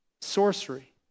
sorcery